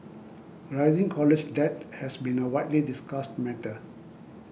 rising college debt has been a widely discussed matter